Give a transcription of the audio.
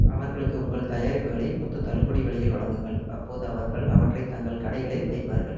அவர்களுக்கு உங்கள் தயாரிப்புகளை மொத்தத் தள்ளுபடி விலையில் வழங்குங்கள் அப்போது அவர்கள் அவற்றைத் தங்கள் கடைகளில் வைப்பார்கள்